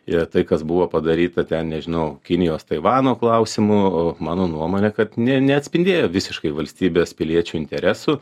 ir tai kas buvo padaryta ten nežinau kinijos taivano klausimu mano nuomone kad nė neatspindėjo visiškai valstybės piliečių interesų